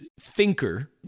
thinker